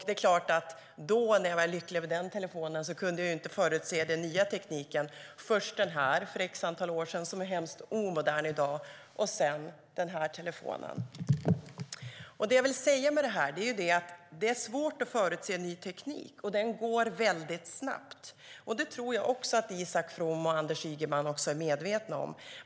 Det är klart att då, när jag var lycklig över den telefonen, kunde jag inte förutse den nya tekniken. Först kom den här mobiltelefonen, som jag visar för kammarens ledamöter, för ett visst antal år sedan och som är hemskt omodern i dag. Sedan kom den här telefonen, som jag också visar för kammarens ledamöter. Det jag vill säga är att det är svårt att förutse ny teknik, och utvecklingen går väldigt snabbt. Det tror jag att Isak From och Anders Ygeman också är medvetna om.